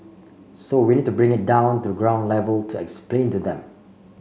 so we need to bring it down to the ground level to explain to them